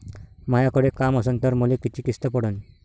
मायाकडे काम असन तर मले किती किस्त पडन?